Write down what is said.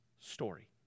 story